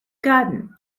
garden